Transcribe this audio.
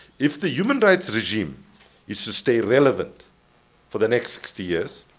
if the human rights regime is to stay relevant for the next sixty years,